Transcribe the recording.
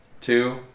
two